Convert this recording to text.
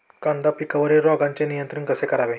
कांदा पिकावरील रोगांचे नियंत्रण कसे करावे?